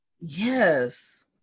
Yes